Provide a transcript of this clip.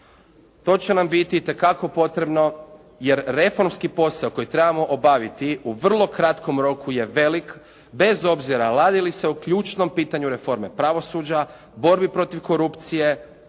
To će nam biti itekako potrebno jer reformski posao koji trebamo obaviti u vrlo kratkom roku je velik bez obzira radi li se o ključnom pitanju reforme pravosuđa, borbi protiv korupcije,